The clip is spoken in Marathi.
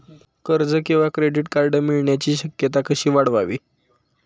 कर्ज किंवा क्रेडिट कार्ड मिळण्याची शक्यता कशी वाढवावी?